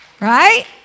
Right